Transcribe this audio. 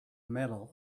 medal